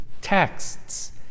texts